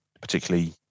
particularly